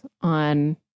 on